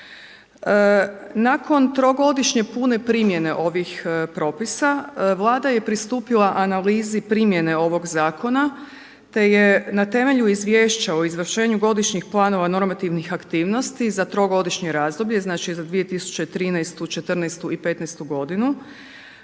Nakon trogodišnje pune primjene ovih propisa Vlada je pristupila analizi primjene ovog zakona te je na temelju izvješća o izvršenju godišnjih planova normativnih aktivnosti za trogodišnje razdoblje znači za 2013., '14. i '15. godinu,